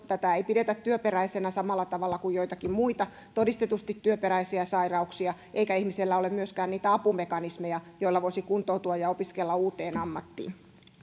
tätä ei pidetä työperäisenä samalla tavalla kuin joitakin muita todistetusti työperäisiä sairauksia eikä ihmisillä ole myöskään niitä apumekanismeja joilla voisi kuntoutua ja opiskella uuteen ammattiin